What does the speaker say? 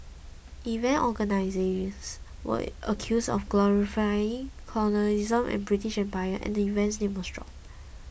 event organisers were accused of glorifying colonialism and the British Empire and the event's name was dropped